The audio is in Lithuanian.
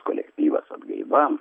kolektyvas atgaiva